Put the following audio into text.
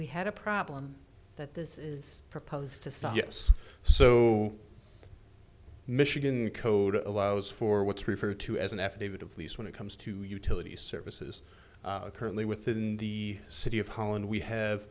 we had a problem that this is proposed to so yes so michigan code allows for what's referred to as an affidavit of least when it comes to utility services currently within the city of holland we have